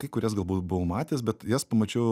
kai kurias galbūt buvau matęs bet jas pamačiau